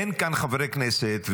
אין כאן חברי כנסת,